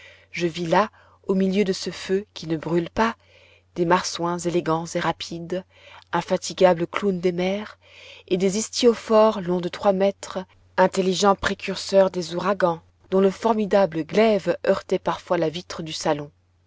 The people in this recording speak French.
je vis là au milieu de ce feu qui ne brûle pas des marsouins élégants et rapides infatigables clowns des mers et des istiophores longs de trois mètres intelligents précurseurs des ouragans dont le formidable glaive heurtait parfois la vitre du salon